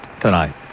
tonight